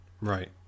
Right